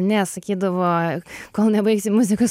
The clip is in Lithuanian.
ne sakydavo kol nebaigsi muzikos